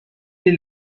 est